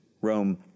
Rome